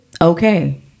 okay